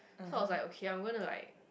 so I was like okay I'm going to like